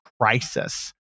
crisis